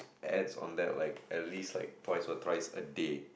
ads on that like at least like twice or thrice a day